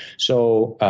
so